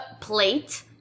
plate